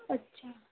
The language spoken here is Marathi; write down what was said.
अच्छा